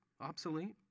obsolete